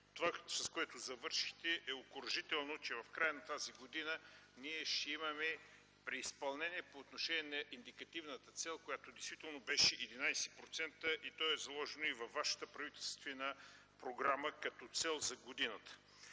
Това, с което завършихте, е окуражително, че в края на тази година ще има преизпълнение по отношение индикативната цел, която действително беше 11%. Това е заложено и във вашата правителствена програма като цел за годината.